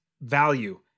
value